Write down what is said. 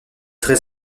très